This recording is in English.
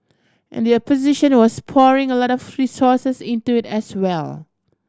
and the opposition was pouring a lot of resources into it as well